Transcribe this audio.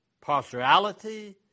partiality